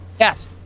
Yes